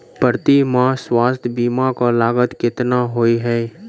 प्रति माह स्वास्थ्य बीमा केँ लागत केतना होइ है?